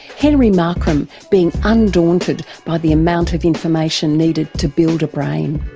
henry markram, being undaunted by the amount of information needed to build a brain.